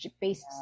based